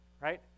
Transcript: right